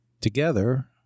Together